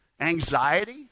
anxiety